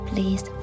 Please